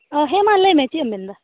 ᱚᱻ ᱦᱮᱸ ᱢᱟ ᱞᱟᱹᱭᱢᱮ ᱪᱮᱫ ᱮᱢ ᱢᱮᱱᱮᱫᱟ